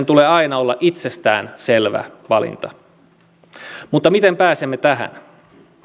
tulee aina olla itsestään selvä valinta mutta miten pääsemme tähän